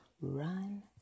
Run